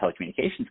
telecommunications